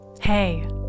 Hey